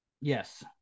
Yes